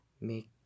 make